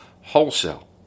wholesale